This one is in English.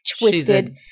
twisted